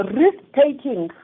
risk-taking